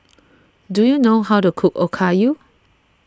do you know how to cook Okayu